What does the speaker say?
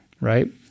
right